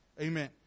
Amen